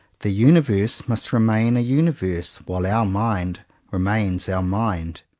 the universe must remain a universe while our mind remains our mind.